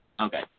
okay